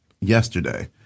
yesterday